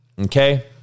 okay